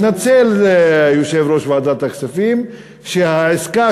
התנצל יושב-ראש ועדת הכספים שהעסקה